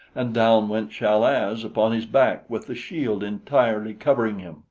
and down went chal-az upon his back with the shield entirely covering him.